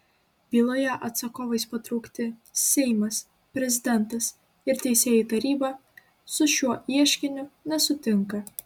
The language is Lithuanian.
byloje atsakovais patraukti seimas prezidentas ir teisėjų taryba su šiuo ieškiniu nesutinka